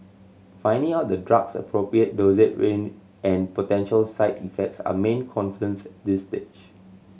finding out the drug's appropriate dosage range and potential side effects are main concerns this stage